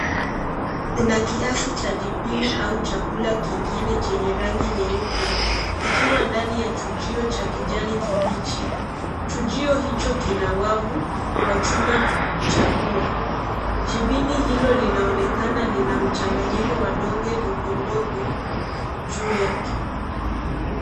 Kuna kiasi cha jibini au chakula kingine chenye rangi nyeupe kikiwa ndani ya chujio chenye rangi ya kijani kibichi, chujio hicho kina wavu cha chuma cha pua, jibini hilo linaonekana lina mchanganyiko wa donge ndogondogo juu yake.